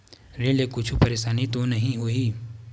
ऋण से कुछु परेशानी तो नहीं होही?